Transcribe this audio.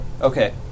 Okay